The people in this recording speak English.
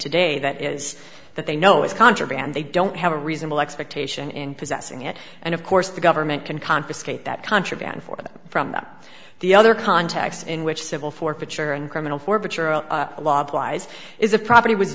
today that is that they know it's contraband they don't have a reasonable expectation in possessing it and of course the government can confiscate that contraband for them from the other contexts in which civil forfeiture and criminal law applies is a property was